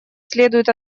следует